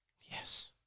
yes